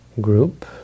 group